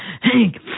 Hank